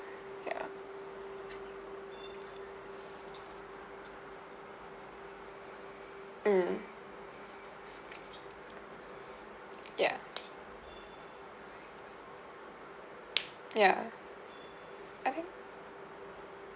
ya mm ya ya I think